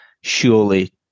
surely